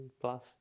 plus